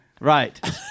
right